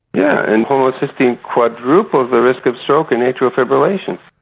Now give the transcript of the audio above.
yeah, and homocysteine quadruples the risk of stroke and atrial fibrillation.